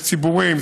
יש ציבורים,